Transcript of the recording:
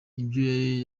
ibyo